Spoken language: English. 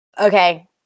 okay